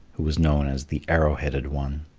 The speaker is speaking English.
who was known as the arrow-headed one.